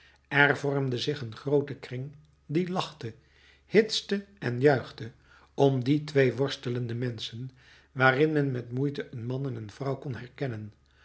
er vormde zich een groote kring die lachte hitste en juichte om die twee worstelende menschen waarin men met moeite een man en een vrouw kon herkennen